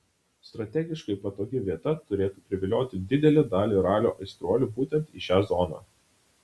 strategiškai patogi vieta turėtų privilioti didelę dalį ralio aistruolių būtent į šią zoną